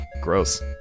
gross